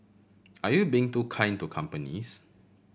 are you being too kind to companies